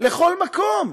לכל מקום.